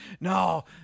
no